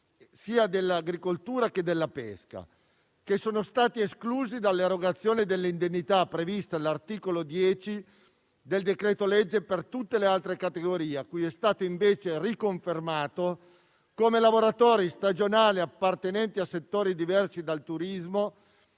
sia dell'agricoltura, sia della pesca. Questi sono stati infatti esclusi dall'erogazione dell'indennità, prevista all'articolo 10 del decreto-legge per tutte le altre categorie, a cui è stata quindi riconfermata, come ai lavoratori stagionali appartenenti a settori diversi dal turismo